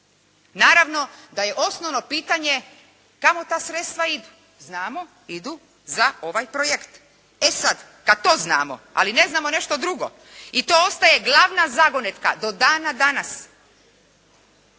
Naravno da je osnovno pitanje kamo ta sredstva idu? Znamo idu za ovaj projekt, e sada kada to znamo ali ne znamo nešto drugo, i to ostaje glavna zagonetka do dana danas,